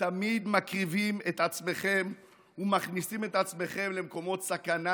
תמיד מקריבים את עצמכם ומכניסים את עצמכם למקומות סכנה,